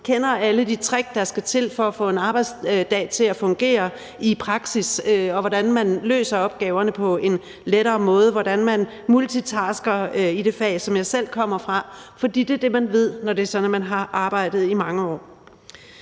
kender alle de trick, der skal til for at få en arbejdsdag til at fungere i praksis; hvordan man løser opgaverne på en lettere måde; hvordan man multitasker inden for det fag, som jeg selv kommer fra, for det er det, man ved, når det er sådan, at man har arbejdet i mange år.